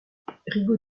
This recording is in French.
rigaud